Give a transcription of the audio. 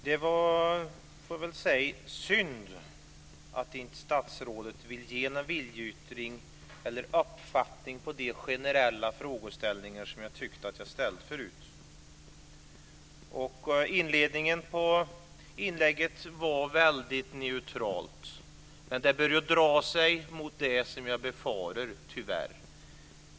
Herr talman! Det var synd att statsrådet inte ville ge oss någon viljeyttring eller uppfattning när det gäller de generella frågeställningar som jag tyckte att jag hade förut. Inledningen på inlägget var väldigt neutral, men statsrådet drog tyvärr åt det håll jag befarade att hon skulle dra åt.